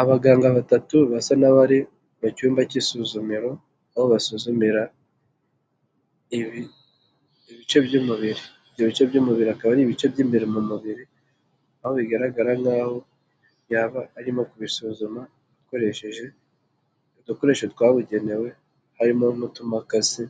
Abaganga batatu basa n'abari mu cyumba cy'isuzumiro aho basuzumira ibice by'umubiri ,ibyo bice by'umubiri akaba ari ibice by'imbere mu mubiri, aho bigaragara nk'aho yaba arimo kubisuzuma akoresheje udukoresho twabugenewe harimo nk'utmakasi